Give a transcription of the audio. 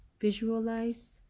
Visualize